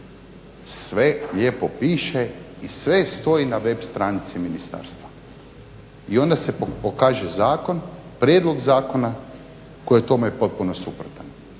Sve lijepo piše i sve stoji na web stranici Ministarstva. I onda se pokaže zakon, prijedlog zakona koji je tome potpuno suprotan.